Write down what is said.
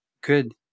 Good